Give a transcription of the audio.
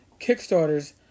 Kickstarters